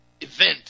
event